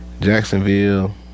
Jacksonville